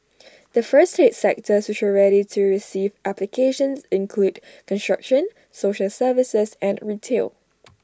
the first eight sectors which are ready to receive applications include construction social services and retail